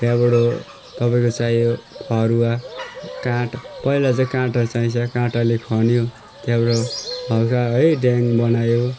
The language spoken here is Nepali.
त्यहाँबाट तपाईँको चाहियो फरूवा काँटा पहिला चाहिँ काँटा चाहिन्छ काँटाले खन्यो त्यहाँबाट हलका है ड्याङ बनायो